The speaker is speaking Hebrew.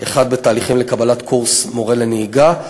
אחד בתהליכים לקבלת קורס מורה לנהיגה,